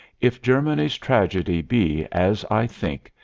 if germany's tragedy be, as i think,